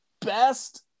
best